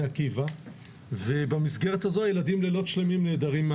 עקיבא ובמסגרת הזאת הילדים נעדרים לילות שלמים,